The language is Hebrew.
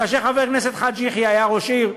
כאשר חבר הכנסת חאג' יחיא היה ראש עיר,